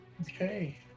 Okay